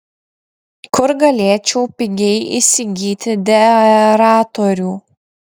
kur galėčiau pigiai įsigyti deaeratorių